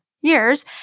years